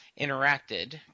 interacted